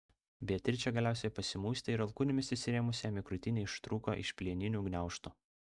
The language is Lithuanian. beatričė galiausiai pasimuistė ir alkūnėmis įsirėmusi jam į krūtinę ištrūko iš plieninių gniaužtų